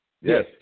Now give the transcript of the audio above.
Yes